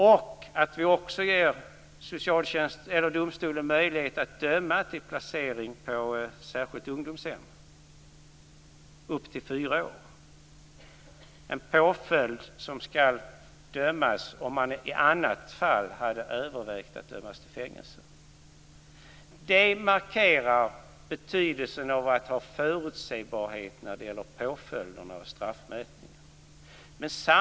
Det innebär också att vi ger domstolen möjlighet att döma till placering på särskilt ungdomshem upp till fyra år, en påföljd som skall utdömas om man i annat fall hade övervägt att döma till fängelse. Detta förslag markerar betydelsen av att ha förutsebarhet när det gäller påföljderna och straffmätningen.